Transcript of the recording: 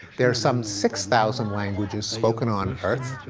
there's some six thousand languages spoken on earth,